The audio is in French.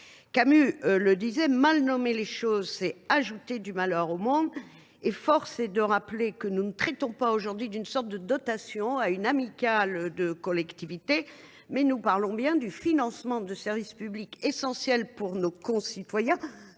Camus le disait, « mal nommer un objet, c’est ajouter au malheur de ce monde ». Force est de rappeler que nous ne traitons pas d’une sorte de dotation à une amicale de collectivités, mais que nous parlons bien du financement de services publics essentiels pour nos concitoyens,